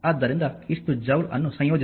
ಆದ್ದರಿಂದ ಇಷ್ಟು ಜೌಲ್ ಅನ್ನು ಸಂಯೋಜಿಸಿ